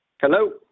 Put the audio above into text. Hello